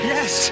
Yes